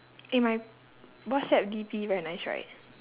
eh my whatsapp D_P very nice right